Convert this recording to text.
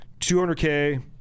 200k